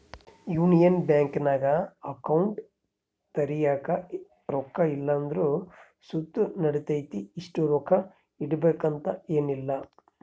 union ಬ್ಯಾಂಕಿನಾಗ account ತೆರ್ಯಾಕ ರೊಕ್ಕ ಇಲ್ಲಂದ್ರ ಸುತ ನಡಿತತೆ, ಇಷ್ಟು ರೊಕ್ಕ ಇಡುಬಕಂತ ಏನಿಲ್ಲ